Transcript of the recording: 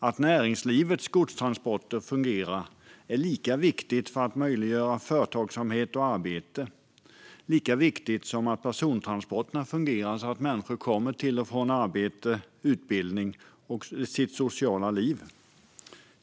Att näringslivets godstransporter fungerar är viktigt för att möjliggöra företagsamhet och arbete, lika viktigt som att persontransporterna fungerar så att människor kommer till och från arbete och utbildning och för deras sociala liv.